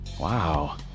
Wow